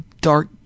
dark